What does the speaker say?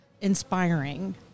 inspiring